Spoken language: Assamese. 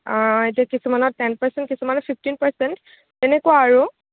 এতিয়া কিছুমানত টেন পাৰ্চেণ্ট কিছুমানত ফিফটিন পাৰ্চেণ্ট তেনেকুৱা আৰু